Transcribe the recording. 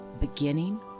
beginning